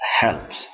helps